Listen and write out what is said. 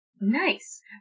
Nice